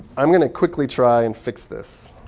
i'm going to quickly try and fix this